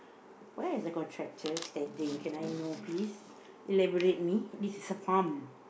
where is the contractor standing can I know please elaborate me this is a farm